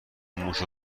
موشو